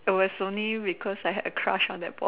it was only because I had a crush on that